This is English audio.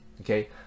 okay